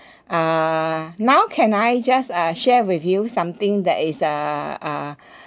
uh now can I just uh share with you something that is uh uh